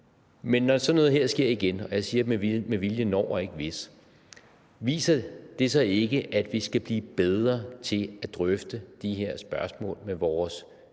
men når sådan noget her sker igen, og jeg siger med vilje »når« og ikke »hvis«, viser det så ikke, at vi skal blive bedre til at drøfte de her spørgsmål med vores kolleger